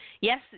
yes